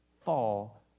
fall